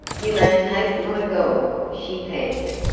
you may take my gold, she panted.